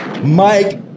Mike